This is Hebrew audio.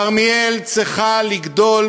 כרמיאל צריכה לגדול